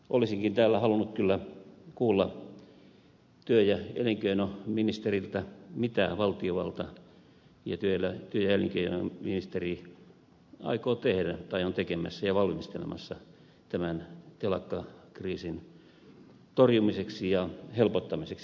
olisinkin täällä halunnut kyllä kuulla työ ja elinkeinoministeriltä mitä valtiovalta ja työ ja elinkeinoministeri aikovat tehdä tai ovat tekemässä ja valmistelemassa tämän telakkakriisin torjumiseksi ja helpottamiseksi